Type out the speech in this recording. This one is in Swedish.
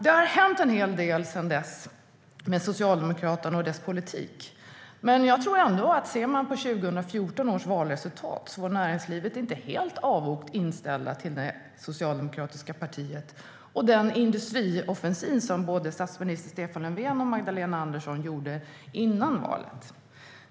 Det har hänt en hel del sedan dess med Socialdemokraternas politik. Men om vi ser på 2014 års valresultat var näringslivet inte helt avogt inställt till det socialdemokratiska partiet och den industrioffensiv som både statsminister Stefan Löfven och Magdalena Andersson gjorde före valet.